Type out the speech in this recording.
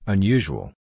Unusual